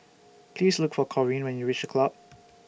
Please Look For Corine when YOU REACH The Club